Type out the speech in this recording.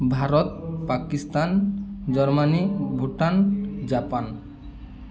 Bharat Pakistan Germany Bhutan Japan